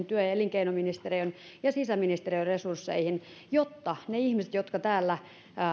työ ja ja elinkeinoministeriön ja sisäministeriön resursseihin jotta ne ihmiset jotka täällä